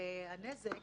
הנזק